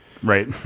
Right